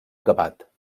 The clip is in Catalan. acabat